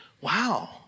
wow